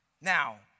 Now